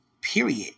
Period